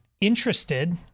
interested